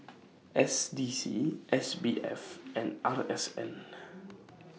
S D C S B F and R S N